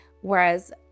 Whereas